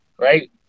right